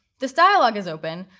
this dialog is open,